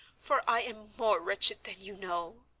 for i am more wretched than you know.